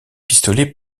pistolets